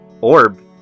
orb